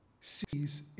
sees